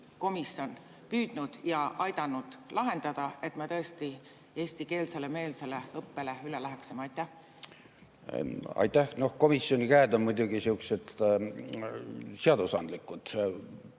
komisjon püüdnud ja aidanud lahendada, et me tõesti eestikeelsele-meelsele õppele üle läheksime? Aitäh! Komisjoni käed on muidugi sellised seadusandlikud